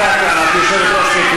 את כבר ותיקה כאן, את יושבת-ראש מפלגה.